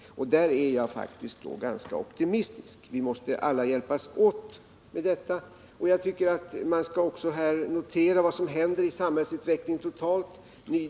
Därvidlag är jag faktiskt ganska optimistisk. Vi måste alla hjälpas åt med detta. Jag tycker att man här också bör notera vad som totalt händer i samhällsutvecklingen.